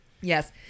Yes